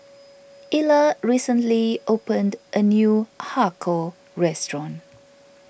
Ila recently opened a new Har Kow Restaurant